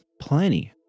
plenty